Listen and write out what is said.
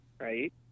right